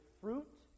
fruit